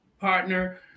partner